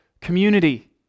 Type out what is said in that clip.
community